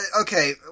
okay